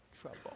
trouble